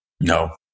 No